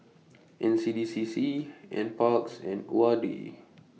N C D C C N Parks and O R D